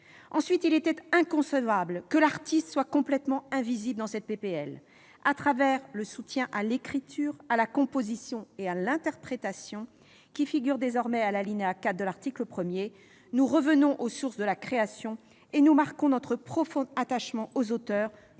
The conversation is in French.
lieu, il était inconcevable que l'artiste soit complètement invisible dans cette proposition de loi. Au travers du « soutien à l'écriture, à la composition et à l'interprétation », qui figure désormais à l'alinéa 4 de l'article 1, nous revenons aux sources de la création et marquons notre profond attachement aux auteurs,